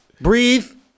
breathe